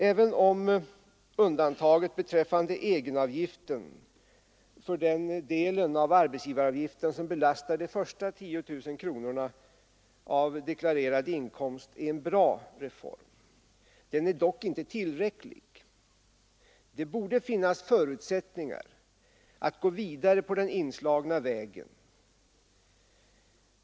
Även om undantagandet från egenavgift — dvs. den del av arbetsgivaravgiften som belastar den egna inkomsten — för de första 10 000 kronorna i deklarerad inkomst är en bra reform, är den inte tillräcklig. Det borde finnas förutsättningar att gå vidare på den inslagna vägen.